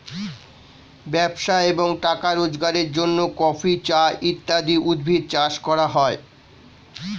ব্যবসা এবং টাকা রোজগারের জন্য কফি, চা ইত্যাদি উদ্ভিদ চাষ করা হয়